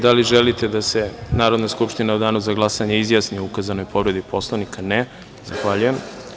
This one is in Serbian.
Da li želite da se Narodna skupština u danu za glasanje izjasni o ukazanoj povredi Poslovnika? (Ne) Zahvaljujem.